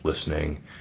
listening